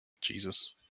Jesus